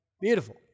beautiful